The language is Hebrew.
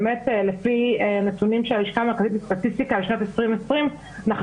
לפי הנתונים של הלשכה המרכזית לסטטיסטיקה לשנת 2020 אנחנו